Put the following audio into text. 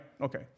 Okay